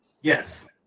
Yes